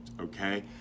okay